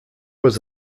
was